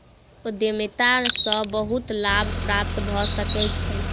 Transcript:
उद्यमिता सॅ बहुत लाभ प्राप्त भ सकै छै